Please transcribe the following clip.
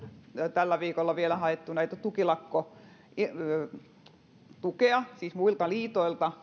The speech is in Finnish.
tällä viikolla vielä haettu tukilakkotukea muilta liitoilta